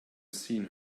seen